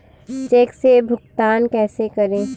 Check से भुगतान कैसे करें?